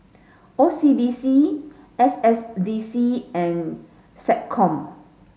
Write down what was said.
O C B C S S D C and SecCom